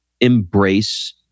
embrace